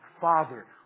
Father